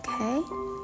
Okay